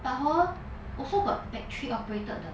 but hor also got battery operated 的